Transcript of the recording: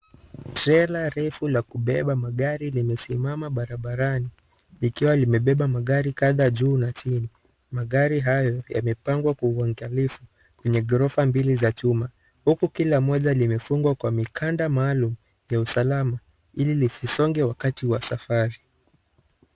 Trela refu la kubeba magari limesimama barabarani likiwa limebeba magari kadhaa juu na chini magari haya yamepangwa kwa uangalifu yenye ghorofa mbili za chuma huku kila moja limefungwa kwa mikanda maalum ya usalama ili isonge wakati wa safari .